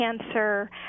cancer